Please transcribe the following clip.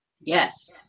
Yes